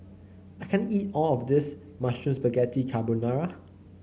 I can't eat all of this Mushroom Spaghetti Carbonara